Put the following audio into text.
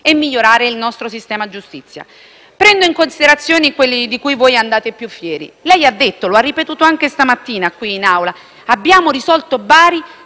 e migliorare il nostro sistema giustizia. Prendo in considerazione quelli di cui voi andate più fieri. Lei ha detto - lo ha ripetuto anche stamattina qui in Aula - di aver risolto la